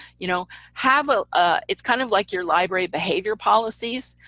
you know, have a, ah it's kind of like your library behavior policies.